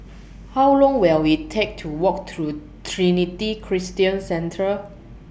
How Long Will IT Take to Walk to Trinity Christian Centre